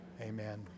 Amen